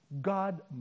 God